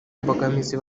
mbogamizi